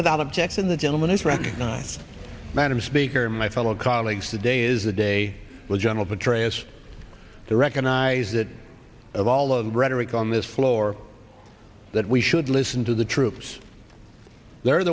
without objects in the gentleman is recognized madam speaker my fellow colleagues today is the day when general petraeus the recognize that of all of the rhetoric on this floor that we should listen to the troops they're